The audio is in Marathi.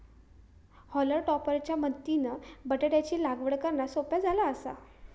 हॉलम टॉपर च्या मदतीनं बटाटयाची लागवड करना सोप्या झाला आसा